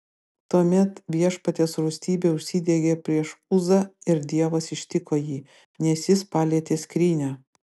tuomet viešpaties rūstybė užsidegė prieš uzą ir dievas ištiko jį nes jis palietė skrynią